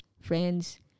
friends